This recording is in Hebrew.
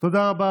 " נא לסיים.